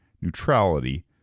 neutrality